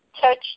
touch